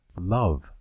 Love